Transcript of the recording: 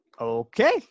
Okay